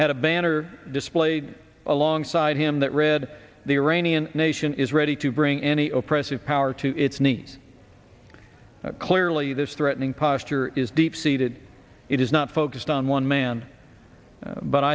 had a banner displayed alongside him that read the when nation is ready to bring any oppressive power to its knees clearly this threatening posture is deep seated it is not focused on one man but